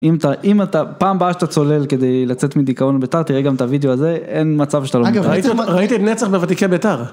אם אתה אם אתה פעם באה שאתה צולל כדי לצאת מדיכאון ביתר תראה גם את הוידאו הזה אין מצב שאתה לא, אגב ראיתי את נצח בוותיקי ביתר.